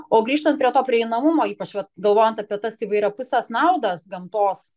o grįžtant prie to prieinamumo ypač vat galvojant apie tas įvairiapuses naudas gamtos